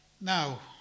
Now